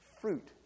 fruit